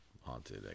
haunted